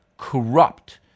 corrupt